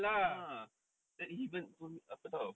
uh then even apa [tau]